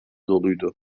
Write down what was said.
doluydu